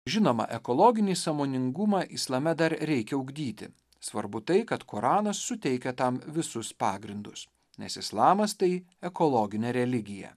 žinoma ekologinį sąmoningumą islame dar reikia ugdyti svarbu tai kad koranas suteikia tam visus pagrindus nes islamas tai ekologinė religija